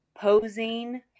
posing